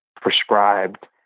prescribed